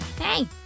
Hey